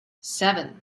seven